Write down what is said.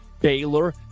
Baylor